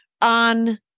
on